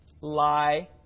lie